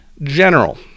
general